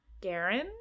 Garen